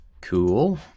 cool